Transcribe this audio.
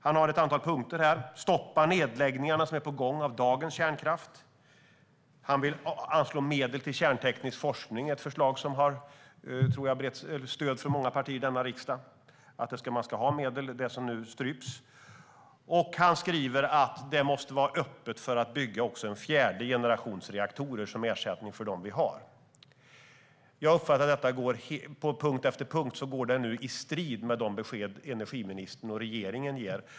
Han har ett antal punkter: Stoppa nedläggningarna som är på gång av dagens kärnkraft! Han vill anslå medel till kärnteknisk forskning - ett förslag som jag tror har stöd från många partier i denna riksdag. Man ska ha medel till det som nu stryps. Han skriver att det måste vara öppet för att bygga också en fjärde generations reaktorer som ersättning för dem vi har. Jag uppfattar att detta på punkt efter punkt går i strid med de besked energiministern och regeringen ger.